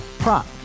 Prop